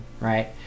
right